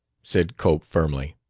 said cope firmly.